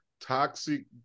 toxic